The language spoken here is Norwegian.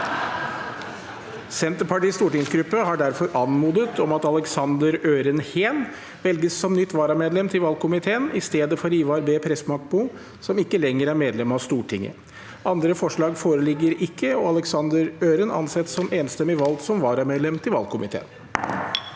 Senterpartiets stortingsgruppe har derfor anmodet om at Aleksander Øren Heen velges som nytt varamedlem til valgkomiteen i stedet for Ivar B. Prestbakmo, som ikke lenger er medlem av Stortinget. – Andre forslag foreligger ikke, og Aleksander Øren Heen anses enstemmig valgt som varamedlem til valgkomiteen.